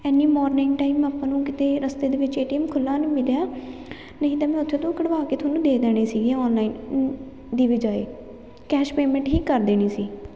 ਇੰਨੀ morning time ਆਪਾਂ ਨੂੰ ਕਿਤੇ ਰਸਤੇ ਦੇ ਵਿੱਚ ਏਟੀਐਮ ਖੁੱਲ੍ਹਾ ਨਹੀਂ ਮਿਲਿਆ ਨਹੀਂ ਤਾਂ ਮੈਂ ਉੱਥੇ ਤੋਂ ਕਢਵਾ ਕੇ ਤੁਹਾਨੂੰ ਦੇ ਦੇਣੇ ਸੀਗੇ ਔਨਲਾਈਨ ਦੀ ਬਜਾਏ ਕੈਸ਼ ਪੇਮੈਂਟ ਹੀ ਕਰ ਦੇਣੀ ਸੀ